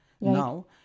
now